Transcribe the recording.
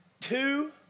two